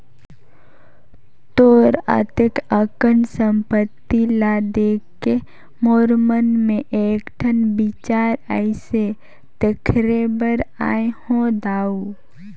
तोर अतेक अकन संपत्ति ल देखके मोर मन मे एकठन बिचार आइसे तेखरे बर आये हो दाऊ